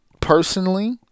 personally